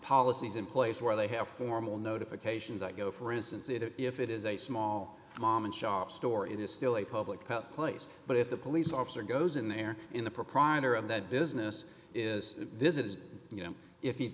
policies in place where they have formal notifications i go for instance if it is a small mom and shop store it is still a public place but if the police officer goes in there in the proprietor of that business is this is you know if he's